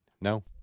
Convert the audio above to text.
No